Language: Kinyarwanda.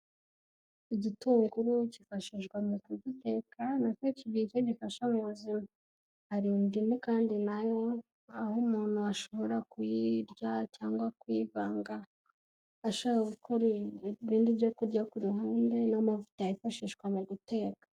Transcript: Igitunguru cyifashishwa mu ku kugiteka, nacyo kigira icyo gifasha mu buzima. Hari indimu kandi nayo, aho umuntu ashobora kuyirya cyangwa kuyivanga ashaka gukora ibindi byo kurya ku ruhande n'amavuta yifashishwa mu guteka.